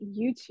YouTube